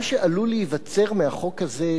מה שעלול להיווצר מהחוק הזה,